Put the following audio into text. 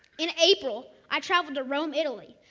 in april, i traveled to rome, italy,